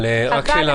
אגב,